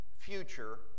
future